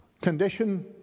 condition